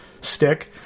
stick